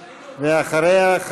ואחריה,